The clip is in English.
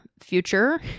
future